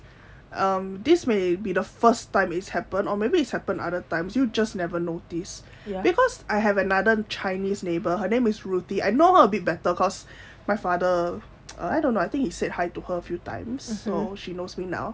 um this may be the first time it's happened or maybe it's happened other times you just never notice because I have another chinese neighbour her name is ruthie I know her a bit better cause my father I don't know I think he said hi to her a few times so she knows me now